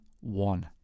one